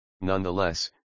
Nonetheless